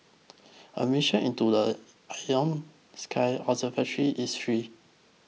admission into the Ion Sky observatory is free